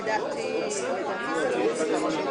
אבל גם אותו